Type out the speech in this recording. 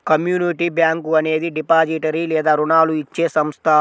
community bank అనేది depository లేదా రుణాలు ఇచ్చే సంస్థ